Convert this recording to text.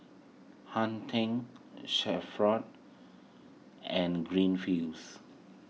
Hang ten and Greenfields